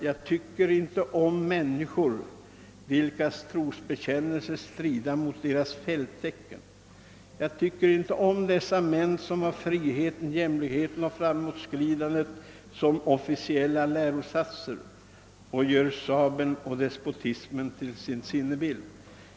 »Jag tycker inte om människor vilkas trosbekännelse strider mot deras fälttecken. Jag tycker inte om dessa män som har friheten, jämlikheten och framåtskridandet som officiella lärosatser och gör sabeln och despotismen till sin sinnebild.